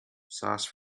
sauce